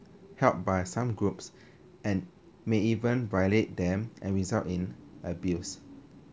held by some groups and may even violate them and result in abuse